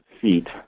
feet